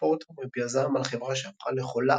פורטר מביע זעם על החברה שהפכה ל"חולה",